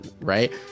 right